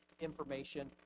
information